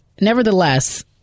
Nevertheless